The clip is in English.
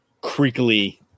creakily